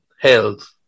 health